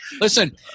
listen